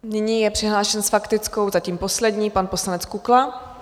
Nyní je přihlášen s faktickou, zatím poslední, pan poslanec Kukla.